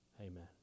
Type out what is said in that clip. Amen